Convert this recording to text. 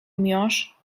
miąższ